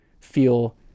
feel